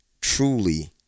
truly